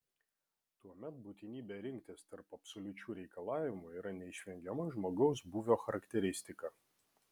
tuomet būtinybė rinktis tarp absoliučių reikalavimų yra neišvengiama žmogaus būvio charakteristika